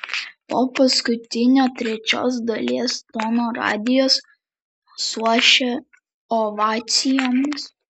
po paskutinio trečios dalies tono radijas suošia ovacijomis